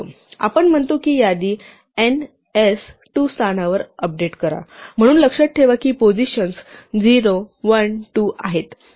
आणि आपण म्हणतो की यादी n s 2 स्थानावर अपडेट करा म्हणून लक्षात ठेवा की पोझिशन्स 0 1 2 आहेत